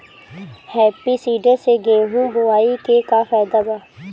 Happy seeder से गेहूं बोआई के का फायदा बा?